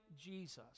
Jesus